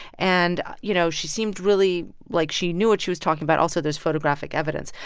and, you know, she seemed really like she knew what she was talking about. also, there's photographic evidence.